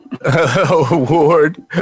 award